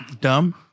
dumb